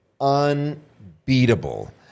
Unbeatable